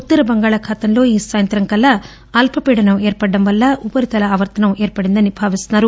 ఉత్తర బంగాళాఖాతంలో ఈ సాయంత్రానికల్లా అల్పపీడనం ఏర్పడటం వల్ల ఉపరితల ఆవర్తనం ఏర్పడుతుందని భావిస్తున్నారు